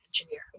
engineer